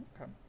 Okay